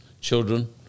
children